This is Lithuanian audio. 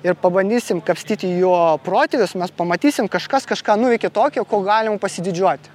ir pabandysim kapstyti jo protėvius mes pamatysim kažkas kažką nuveikė tokio ko galim pasididžiuoti